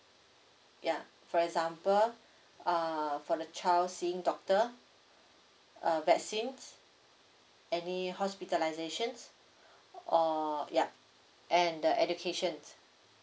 ya for example uh for the child seeing doctor uh vaccine any hospitalization or yup and the education